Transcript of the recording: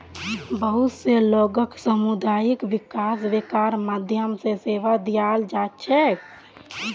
बहुत स लोगक सामुदायिक विकास बैंकेर माध्यम स सेवा दीयाल जा छेक